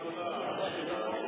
בעקבות המחאה הגדולה.